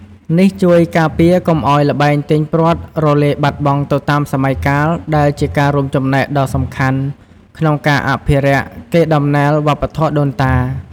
នេះជួយការពារកុំឱ្យ ល្បែងទាញព្រ័ត្រ រលាយបាត់បង់ទៅតាមសម័យកាល ដែលជាការរួមចំណែកដ៏សំខាន់ក្នុងការអភិរក្សកេរដំណែលវប្បធម៌ដូនតា។